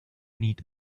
need